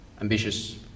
ambitious